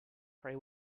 pray